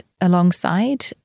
alongside